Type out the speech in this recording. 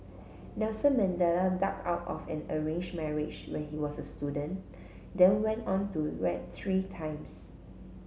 Nelson Mandela ducked out of an arranged marriage when he was a student then went on to wed three times